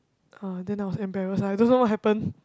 uh then I was embarrassed I don't know what happened